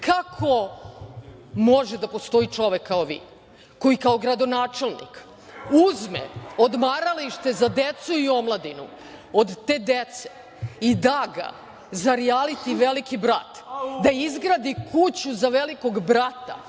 kako može da postoji čovek kao vi koji, kao gradonačelnik, uzme odmaralište za decu i omladinu od te dece i da ga za rijaliti „Veliki brat“ i izgradi kuću za „Velikog brata“,